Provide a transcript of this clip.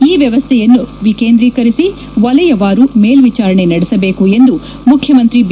ಈ ವ್ಯವಸ್ಥೆಯನ್ನು ವಿಕೇಂದ್ರೀಕರಿಸಿ ವಲಯವಾರು ಮೇಲ್ವಿಚಾರಣೆ ನಡೆಸಬೇಕು ಎಂದು ಮುಖ್ಯಮಂತ್ರಿ ಬಿ